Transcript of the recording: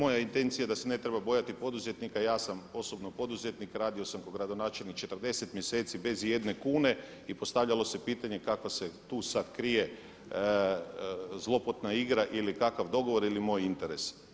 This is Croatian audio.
Dakle moja intencija je da se ne treba bojati poduzetnika, ja sam osobno poduzetnik, radio sam kao gradonačelnik 40 mjeseci bez ijedne kune i postavljalo se pitanje kako se tu sada krije zlopotna igra ili kakav dogovor ili moj interes.